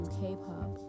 k-pop